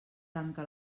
tanca